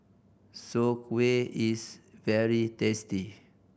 Soon Kueh is very tasty